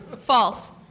False